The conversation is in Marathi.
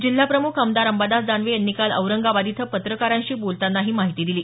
जिल्हाप्रमुख आमदार अंबादास दानवे यांनी काल औरंगाबाद इथं पत्रकारांशी बोलतांना ही माहिती दिली